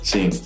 Sim